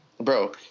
bro